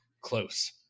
close